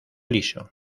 liso